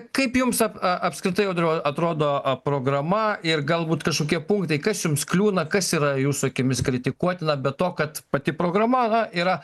kaip jums ap a apskritai audriau atrodo a programa ir galbūt kažkokie punktai kas jums kliūna kas yra jūsų akimis kritikuotina be to kad pati programa na yra